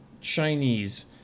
Chinese